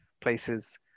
places